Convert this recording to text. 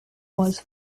was